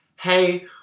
hey